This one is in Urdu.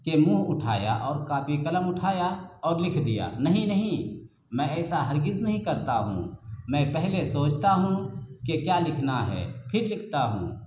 کہ منہ اٹھایا اور کاپی قلم اٹھایا اور لکھ دیا نہیں نہیں میں ایسا ہرگز نہیں کرتا ہوں میں پہلے سوچتا ہوں کہ کیا لکھنا ہے پھر لکھتا ہوں